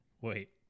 wait